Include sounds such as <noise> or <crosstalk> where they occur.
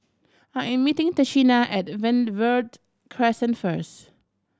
I am meeting Tashina at <unintelligible> Verde Crescent first